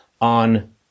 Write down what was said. on